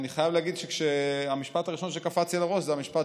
אני חייב להגיד שהמשפט הראשון שקפץ לי לראש זה המשפט